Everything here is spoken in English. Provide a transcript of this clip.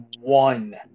One